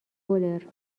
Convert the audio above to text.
گلر